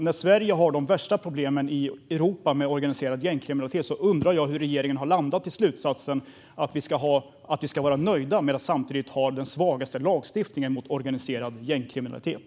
När Sverige har de värsta problemen i Europa med organiserad gängkriminalitet undrar jag hur regeringen har landat i slutsatsen att vi ska vara nöjda med att samtidigt ha den svagaste lagstiftningen mot organiserad gängkriminalitet.